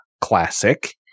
classic